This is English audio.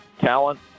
talent